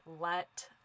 let